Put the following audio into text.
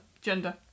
Gender